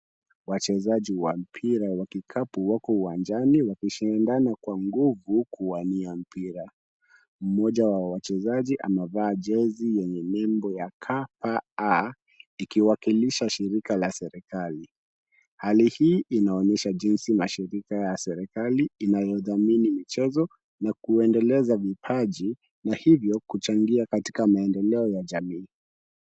Wachezaji wa mpira wa kikapu wako uwanjani wakishindana kwa nguvu kuwania mpira. Mmoja wa wachezaji amevaa jezi yenye nembo ya KAA, ikiwakilisha shirika la serikali. Hali hii inaonyesha jinsi mashirika ya serikali inavyothamini michezo na kuendeleza vipaji na hivyo kuchangia katika maendeleo ya jamii.